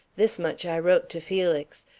this much i wrote to felix,